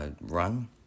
run